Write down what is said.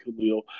Khalil